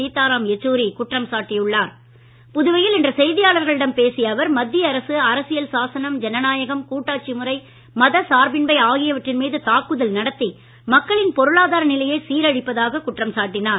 சீத்தாராம் யெச்சுசூரி செய்தியாளர்களிடம் பேசிய அவர் மத்திய அரசு அரசியல் சாசனம் ஜனநாயகம் கூட்டாட்சி முறை மத சார்பின்மை ஆகியவற்றின் மீது தாக்குதல் நடத்தி மக்களின் பொருளாதார நிலையை சீரழிப்பதாக குற்றம் சாட்டினார்